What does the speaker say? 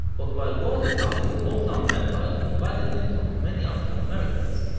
but while gordy founded the motown empire that provided income to many african-americans,